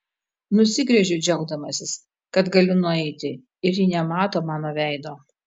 nusigręžiu džiaugdamasis kad galiu nueiti ir ji nemato mano veido